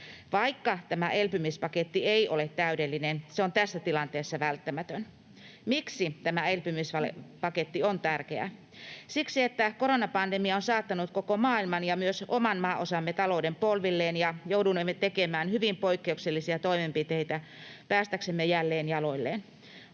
Vaikka tämä elpymispaketti ei ole täydellinen, se on tässä tilanteessa välttämätön. Miksi tämä elpymispaketti on tärkeä? Siksi, että koronapandemia on saattanut koko maailman ja myös oman maanosamme talouden polvilleen ja joudumme tekemään hyvin poikkeuksellisia toimenpiteitä päästäksemme jälleen jaloillemme.